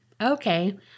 Okay